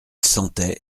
sentait